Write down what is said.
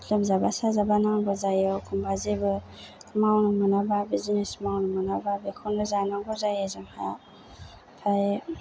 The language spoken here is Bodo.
लोमजाबा साजाबा नांगौ जायो एखमबा जेबो मावनो मोनाबा बिजिनेस मावनो मोनाबा बेखौनो जानांगौ जायो जोंहा ओमफ्राय